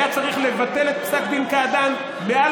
היה צריך לבטל את פסק דין קעדאן מעל